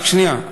רק שנייה,